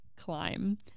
climb